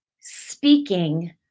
speaking